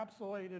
encapsulated